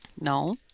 no